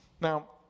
Now